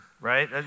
Right